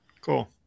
Cool